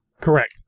Correct